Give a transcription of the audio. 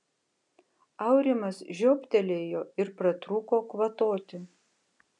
aurimas žiobtelėjo ir pratrūko kvatoti